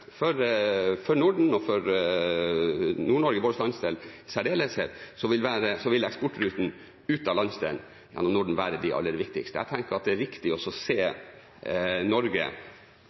for Norden og for vår landsdel Nord-Norge i særdeleshet vil eksportrutene ut av landsdelen, gjennom Norden, være de aller viktigste. Jeg tenker at det er viktig å se Norge